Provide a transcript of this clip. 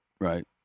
right